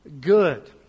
good